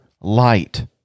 light